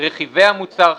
רכיבי המוצר,